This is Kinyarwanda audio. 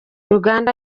uganda